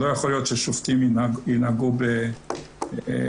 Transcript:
לא יכול להיות ששופטים ינהגו ברחמנות,